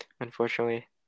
unfortunately